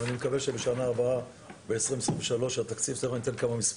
אבל אני מקווה שבשנה הבאה ב-2023 התקציב יעלה.